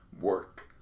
work